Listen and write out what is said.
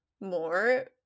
more